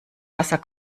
wasser